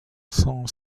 son